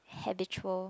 habitual